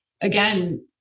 again